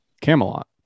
Camelot